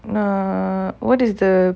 err what is the